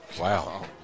Wow